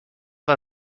war